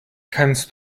kannst